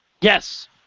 Yes